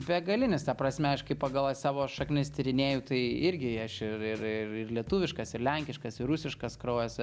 begalinis ta prasme aš kaip pagal savo šaknis tyrinėju tai irgi aš ir ir ir lietuviškas ir lenkiškas ir rusiškas kraujas